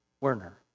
Werner